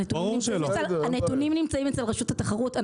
הנתונים נמצאים אצל רשות התחרות.